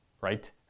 right